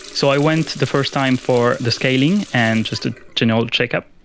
so i went the first time for the scaling, and just a general check-up,